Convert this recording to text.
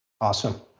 Awesome